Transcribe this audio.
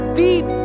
deep